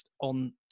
on